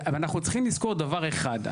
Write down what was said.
ואנחנו צריכים לזכור דבר אחד,